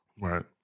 right